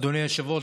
אדוני היושב-ראש,